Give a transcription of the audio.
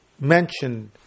mentioned